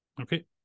okay